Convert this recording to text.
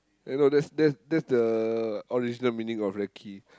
then no that's that's that's the original meaning of recce